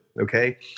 Okay